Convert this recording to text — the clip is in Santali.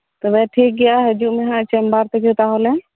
ᱛᱚᱵᱮ ᱴᱷᱤᱠ ᱜᱮᱭᱟ ᱦᱤᱡᱩᱜ ᱢᱮ ᱦᱟᱸᱜ ᱪᱮᱢᱵᱟᱨ ᱛᱮᱜᱮ ᱛᱟᱦᱚᱞᱮ